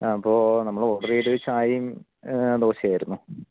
അപ്പോൾ നമ്മളോടർ ചെയ്തത് ചായയും ദോശയുമായിരുന്നു